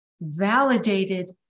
validated